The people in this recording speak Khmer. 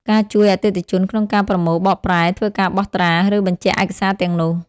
ការជួយអតិថិជនក្នុងការប្រមូល បកប្រែ ធ្វើការបោះត្រា ឬបញ្ជាក់ឯកសារទាំងនោះ។